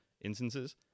instances